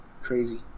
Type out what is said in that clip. Crazy